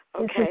Okay